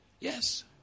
Yes